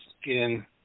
skin